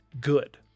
good